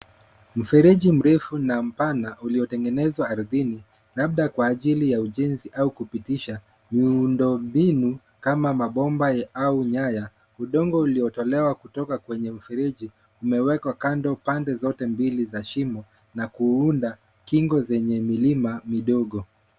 Mfereji mrefu na mpana uliotengenezwa ardhini labda kwa ajili ya ujenzi au kupitisha miundo mbinu kama mabomba au nyaya. Udongo uliotolewa kutoka kwenye mfereji umewekwa kando pande zote mbili za shimo na kuunda kingo zenye milima midogo.